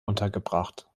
untergebracht